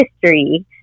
history